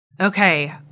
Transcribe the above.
Okay